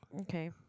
Okay